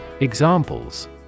Examples